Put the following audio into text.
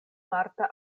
marta